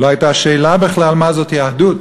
לא הייתה בכלל שאלה מה זאת יהדות.